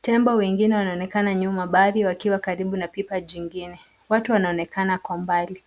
,tembo wengine wanaonekana nyuma bali wakiwa karibu na pipa jingine watu wanaonekana kwa mbali.